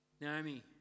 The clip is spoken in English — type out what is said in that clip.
Naomi